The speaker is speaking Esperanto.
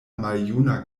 maljuna